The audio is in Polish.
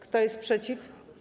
Kto jest przeciw?